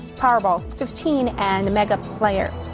powerball fifteen and the mega player.